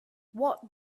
what